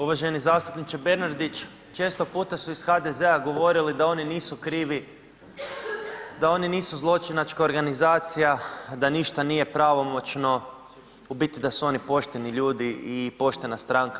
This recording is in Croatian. Uvaženi zastupniče Bernardić, često puta su iz HDZ-a govorili da oni nisu krivi, da oni nisu zločinačka organizacija, da ništa nije pravomoćno, u biti da su oni pošteni ljudi i poštena stranka.